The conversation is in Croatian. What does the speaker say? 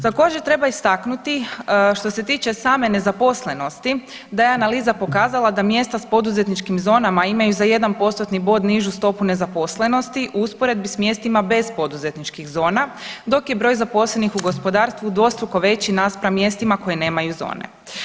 Također treba istaknuti što se tiče same nezaposlenosti da je analiza pokazala da mjesta s poduzetničkim zonama imaju za 1 postotni bod nižu stopu nezaposlenosti u usporedbi s mjestima bez poduzetničkih zona dok je broj zaposlenih u gospodarstvu dvostruko veći naspram mjestima koje nemaju zone.